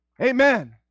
Amen